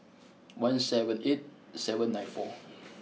one seven eight seven nine four